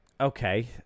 okay